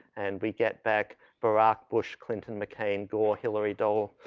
and we get back barrack, bush, clinton, mccain, gore, hillary dole,